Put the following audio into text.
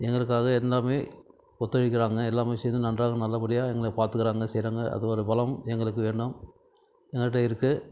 எங்களுக்கு அது எல்லாமே ஒத்துழைக்கிறாங்க எல்லா விஷயத்துலையும் நன்றாக நல்லபடியாக எங்கள பார்த்துக்குறாங்க செய்கிறாங்க அது ஒரு பலம் எங்களுக்கு வேண்டும் எங்கள்கிட்ட இருக்குது